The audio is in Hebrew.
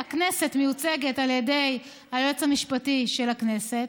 הכנסת מיוצגת על ידי היועץ המשפטי של הכנסת,